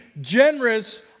generous